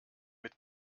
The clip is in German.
mit